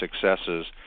successes